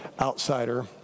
outsider